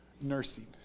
Nursing